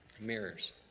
mirrors